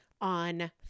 on